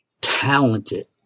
talented